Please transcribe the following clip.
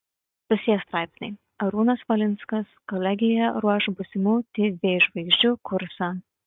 susiję straipsniai arūnas valinskas kolegijoje ruoš būsimų tv žvaigždžių kursą